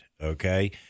okay